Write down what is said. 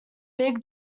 big